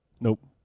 Nope